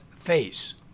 face